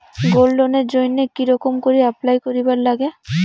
Gold লোনের জইন্যে কি রকম করি অ্যাপ্লাই করিবার লাগে?